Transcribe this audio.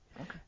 Okay